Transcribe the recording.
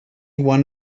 one